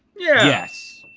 yeah yes.